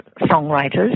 songwriters